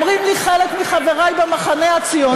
אומרים לי חלק מחברי במחנה הציוני,